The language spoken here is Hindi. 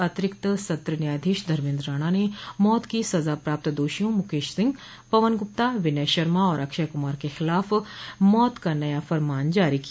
अतिरिक्त सत्र न्यायाधीश धर्मेन्द्र राणा ने मौत की सजा प्राप्त दोषियों मुकेश सिंह पवन गुप्ता विनय शर्मा और अक्षय कुमार के खिलाफ मौत का नया फरमान जारी किया